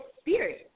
spirit